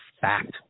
fact